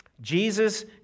Jesus